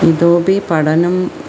इतोऽपि पठनं